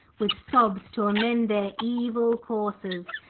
with sobs, to amend their evil courses,